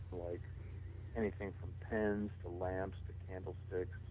like anything from pens to lamps, the candle stick,